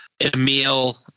Emil